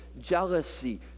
jealousy